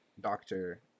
doctor